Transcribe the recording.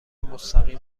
مستقیم